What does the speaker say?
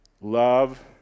Love